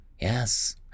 Yes